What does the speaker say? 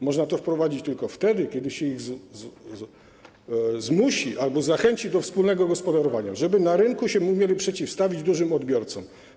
Można to wprowadzić tylko wtedy, kiedy się ich zmusi albo zachęci do wspólnego gospodarowania, żeby na rynku się umieli przeciwstawić dużym odbiorcom.